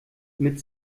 mit